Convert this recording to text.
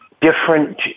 different